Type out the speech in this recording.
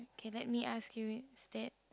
k let me ask you instead